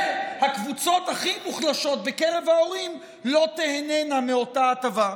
והקבוצות הכי מוחלשות בקרב ההורים לא תיהנינה מאותה הטבה.